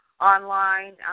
online